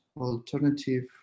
alternative